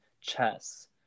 chess